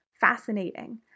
fascinating